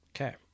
Okay